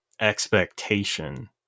expectation